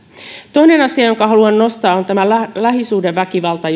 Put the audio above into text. toinen asia jonka haluan nostaa on tämä lähisuhdeväkivalta